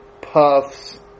puffs